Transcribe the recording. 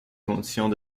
conditions